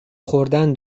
خوردن